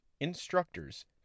instructors